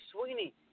Sweeney